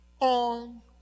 on